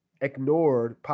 ignored